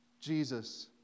Jesus